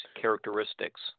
characteristics